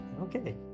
okay